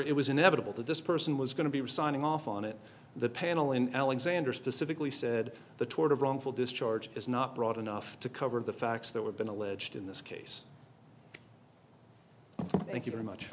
it was inevitable that this person was going to be signing off on it the panel in alexander specifically said the tort of wrongful discharge is not broad enough to cover the facts that were been alleged in this case thank you very much